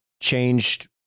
changed